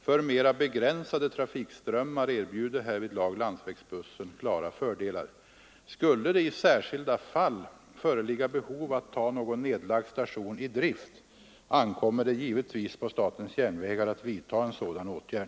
För mera begränsade trafikströmmar erbjuder härvidlag landsvägsbussen klara fördelar. Skulle det i särskilda fall föreligga behov att ta någon nedlagd station i drift, ankommer det givetvis på SJ att vidta en sådan åtgärd.